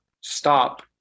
stop